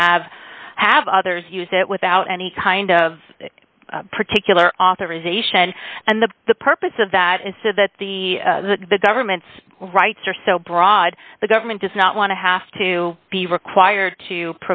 have have others use it without any kind of particular authorization and the the purpose of that is so that the the government's rights are so broad the government does not want to have to be required to